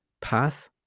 path